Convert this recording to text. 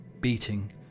beating